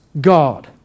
God